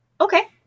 Okay